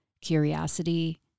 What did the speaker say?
curiosity